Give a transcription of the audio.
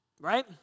right